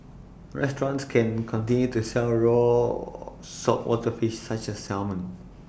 restaurants can continue to sell raw saltwater fish such as salmon